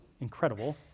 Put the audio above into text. incredible